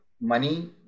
Money